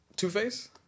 two-face